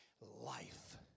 Life